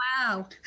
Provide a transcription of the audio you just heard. Wow